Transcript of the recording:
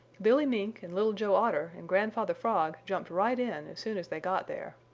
billy mink and little joe otter and grandfather frog jumped right in as soon as they got there.